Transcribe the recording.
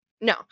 No